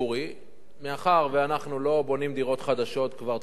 מאחר שאנחנו לא בונים דירות חדשות כבר תקופה ארוכה,